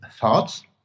thoughts